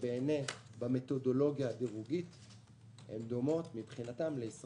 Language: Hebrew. שבאמת במתודולוגיה של הדירוג הן דומות לישראל.